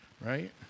right